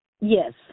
Yes